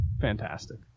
fantastic